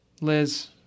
Liz